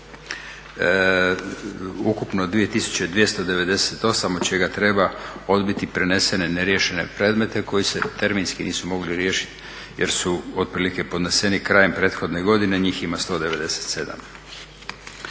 ukupno 2298 od čega treba odbiti prenesene, neriješene predmete koji se terminski nisu mogli riješiti jer su otprilike podneseni krajem prethodne godine. Njih ima 197.